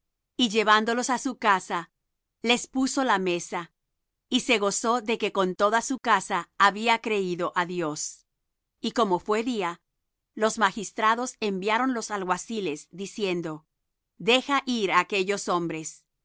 y llevándolos á su casa les puso la mesa y se gozó de que con toda su casa había creído á dios y como fué día los magistrados enviaron los alguaciles diciendo deja ir á aquellos hombres